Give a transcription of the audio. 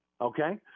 Okay